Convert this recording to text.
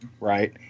right